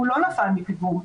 הוא לא נפל מפיגום,